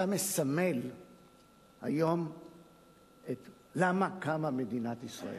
אתה מסמל היום למה קמה מדינת ישראל.